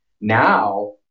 now